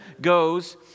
goes